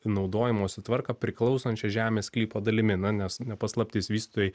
naudojimosi tvarką priklausančia žemės sklypo dalimi nes ne paslaptis vystytojai